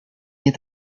nie